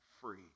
free